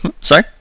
Sorry